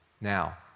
Now